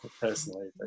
personally